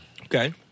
Okay